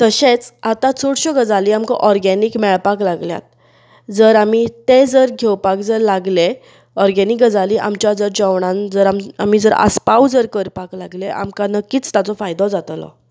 तशेंच आतां चडश्यो गजाली आमकां ऑर्गेनीक मेळपाक लागल्यात जर आमी तें जर घेवपाक जर लागले ऑर्गेनीक गजाली आमच्या जर जेवणांत जर आमी जर आसपाव जर करपाक लागले जाल्यार आमकां नक्कीच ताचो फायदो जातलो